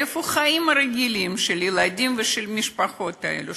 איפה החיים הרגילים של הילדים ושל המשפחות האלה?